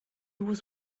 was